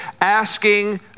asking